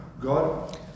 God